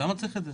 למה צריך את זה?